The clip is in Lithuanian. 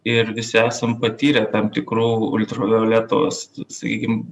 ir visi esam patyrę tam tikrų ultravioletos sakykim